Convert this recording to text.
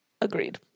Agreed